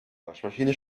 waschmaschine